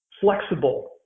flexible